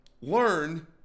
learn